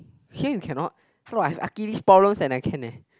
here you cannot so I'm luckily store room that I can leh